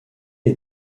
est